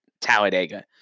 Talladega